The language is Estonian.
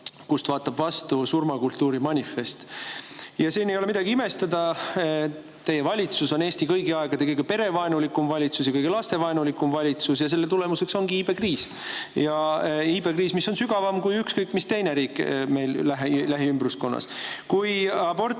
sealt vaatab vastu surmakultuuri manifest. Aga siin ei ole midagi imestada. Teie valitsus on Eesti kõigi aegade kõige perevaenulikum valitsus ja kõige lapsevaenulikum valitsus. Ja selle tulemuseks ongi iibekriis, mis on sügavam kui ükskõik mis teises riigis meie lähiümbruskonnas. Kui aborte